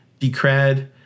Decred